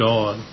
God